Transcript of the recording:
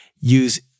use